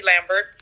lambert